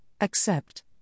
accept